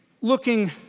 looking